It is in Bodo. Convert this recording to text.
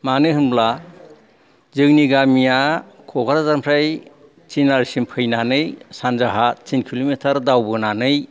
मानो होनब्ला जोंनि गामिया कक्राझारनिफ्राय तिनालिसिम फैनानै सानजाहा तिन किल'मिटार दावबोनानै